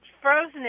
frozen